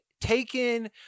taken